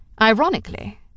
ironically—